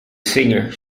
singer